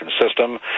system